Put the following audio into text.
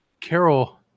Carol